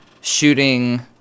shooting